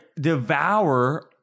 devour